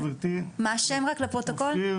אופיר